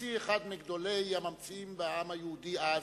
המציא אחד מגדולי הממציאים בעם היהודי אז,